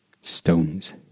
stones